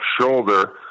shoulder